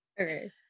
Okay